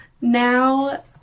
now